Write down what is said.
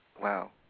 Wow